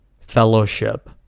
fellowship